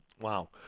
Wow